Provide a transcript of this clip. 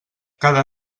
cada